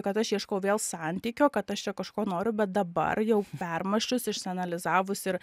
kad aš ieškau vėl santykio kad aš čia kažko noriu bet dabar jau permąsčius išsianalizavus ir